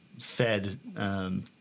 fed